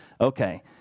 Okay